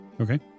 Okay